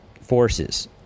forces